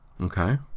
Okay